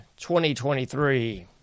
2023